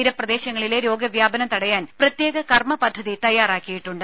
തീര പ്രദേശങ്ങളിലെ രോഗവ്യാപനം തടയാൻ പ്രത്യേക കർമ്മ പദ്ധതി തയാറാക്കിയിട്ടുണ്ട്